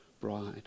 bride